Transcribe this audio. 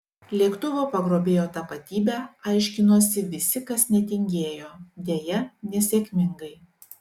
lėktuvo pagrobėjo tapatybę aiškinosi visi kas netingėjo deja nesėkmingai